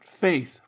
faith